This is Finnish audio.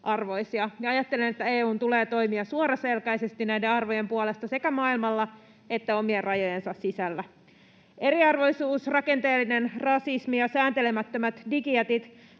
ajattelen, että EU:n tulee toimia suoraselkäisesti näiden arvojen puolesta sekä maailmalla että omien rajojensa sisällä. Eriarvoisuus, rakenteellinen rasismi ja sääntelemättömät digijätit